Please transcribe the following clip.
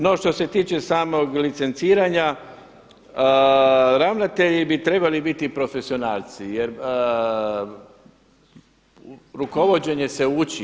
No što se tiče samog licenciranja, ravnatelji bi trebali biti profesionalci, jer rukovođenje se uči.